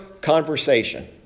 conversation